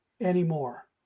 anymore